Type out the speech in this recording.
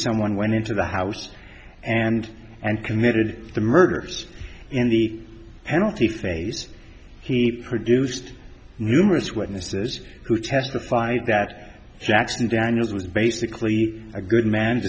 someone went into the house and and committed the murders in the penalty phase he produced numerous witnesses who testified that jackson daniels was basically a good man